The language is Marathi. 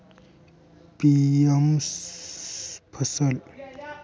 पी.एम फसल विमा योजनेत, जोखीम कव्हर करून शेतकऱ्याला जोखीम रक्कम दिली जाते